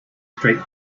straight